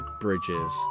bridges